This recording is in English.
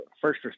first